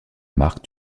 marque